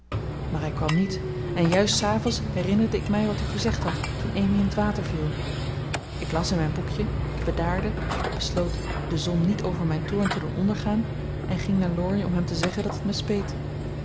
maar hij kwam niet en juist s avonds herinnerde ik mij wat u gezegd had toen amy in t water viel ik las in mijn boekje bedaarde besloot de zon niet over mijn toorn te doen ondergaan en ging naar laurie om hem te zeggen dat het mij speet